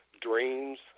dreams